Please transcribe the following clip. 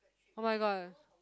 oh-my-god